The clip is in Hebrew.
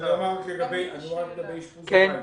אני אומר רק לגבי אשפוז הבית: